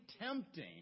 tempting